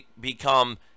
become